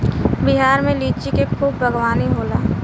बिहार में लिची के खूब बागवानी होला